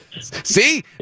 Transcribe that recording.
See